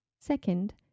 Second